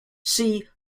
see